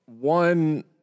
one